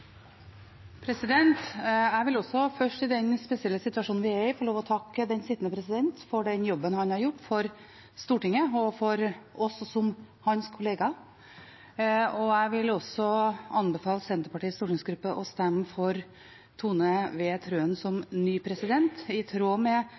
president for den jobben han har gjort for Stortinget og for oss som hans kollegaer. Jeg vil også anbefale Senterpartiets stortingsgruppe å stemme for Tone Wilhelmsen Trøen som